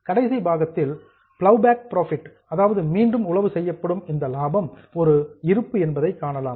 கடைசி பாகத்தில் ploughed back மீண்டும் உழவு செய்யப்படும் இந்த லாபம் ஒரு இருப்பு என்பதை காணலாம்